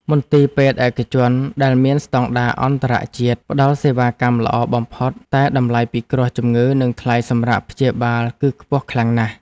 មន្ទីរពេទ្យឯកជនដែលមានស្តង់ដារអន្តរជាតិផ្ដល់សេវាកម្មល្អបំផុតតែតម្លៃពិគ្រោះជំងឺនិងថ្លៃសម្រាកព្យាបាលគឺខ្ពស់ខ្លាំងណាស់។